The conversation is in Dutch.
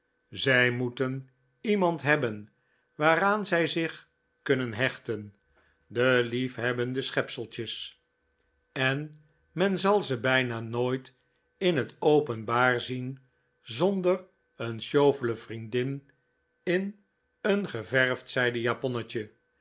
zij moeten iemand hebben waaraan zij zich kunnen hechten de liefhebbende schepseltjes en men zal ze bijna nooit in het openbaar zien zonder een sjofele vriendin in een geverfd zijden japonnetje